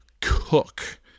Cook